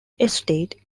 estate